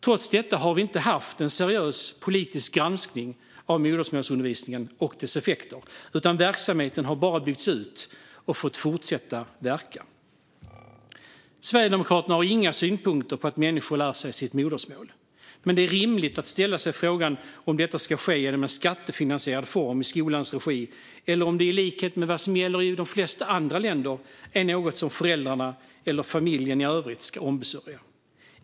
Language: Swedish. Trots detta har vi inte haft en seriös politisk granskning av modersmålsundervisningen och dess effekter, utan verksamheten har bara byggts ut och fått fortsätta verka. Sverigedemokraterna har inga synpunkter på att människor lär sig sitt modersmål. Men det är rimligt att fråga sig om det ska ske genom en skattefinansierad form i skolans regi eller om det i likhet med vad som gäller i de flesta andra länder är något som föräldrarna eller familjen i övrigt ska ombesörja.